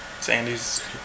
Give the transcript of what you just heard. Sandy's